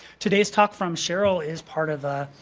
today's talk from cheryl is part of a,